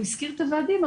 הוא הזכיר את הוועדים,